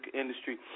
industry